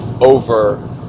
over